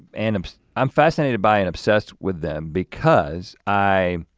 and um i'm fascinated by and obsessed with them because i,